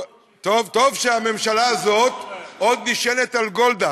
טוב שהממשלה הזאת עוד נשענת על גולדה.